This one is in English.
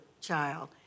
child